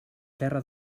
terra